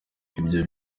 ibyo